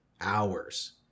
hours